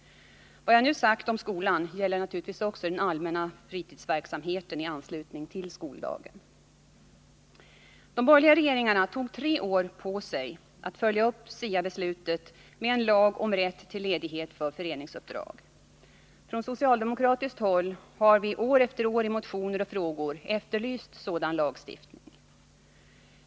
Vad jag nu sagt om skolan gäller naturligtvis också den allmänna fritidsverksamheten i anslutning till skoldagen. De borgerliga regeringarna tog tre år på sig att följa upp SIA-beslutet med en lag om rätt till ledighet för föreningsuppdrag. Från socialdemokratiskt håll har vi år efter år i motioner och frågor efterlyst sådan lagstiftning.